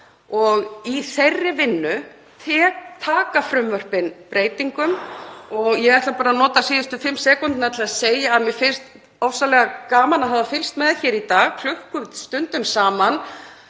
og í þeirri vinnu taka frumvörpin breytingum. Ég ætla bara að nota síðustu sekúndurnar til að segja að mér finnst ofsalega gaman að hafa fylgst með hér í dag, klukkustundum saman,